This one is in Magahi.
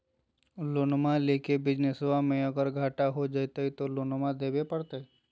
लोनमा लेके बिजनसबा मे अगर घाटा हो जयते तो लोनमा देवे परते?